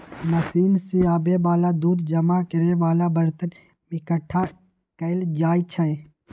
machine से आबे वाला दूध जमा करे वाला बरतन में एकट्ठा कएल जाई छई